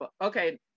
okay